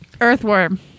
Earthworm